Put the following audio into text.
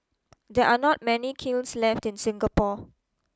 there are not many kilns left in Singapore